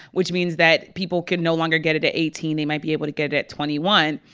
which means that people can no longer get it at eighteen. they might be able to get it at twenty one.